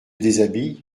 déshabille